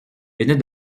venait